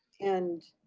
and